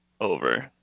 Over